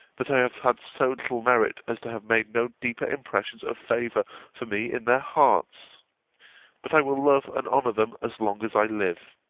that i have had so little merit as to have made no deeper impressions of favour for me in their hearts but i will love and honour them as long as i live.